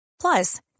Plus